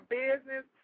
business